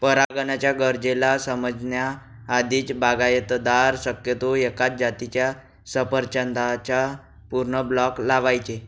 परागकणाच्या गरजेला समजण्या आधीच, बागायतदार शक्यतो एकाच जातीच्या सफरचंदाचा पूर्ण ब्लॉक लावायचे